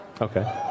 Okay